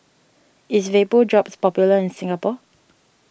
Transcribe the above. is Vapodrops popular in Singapore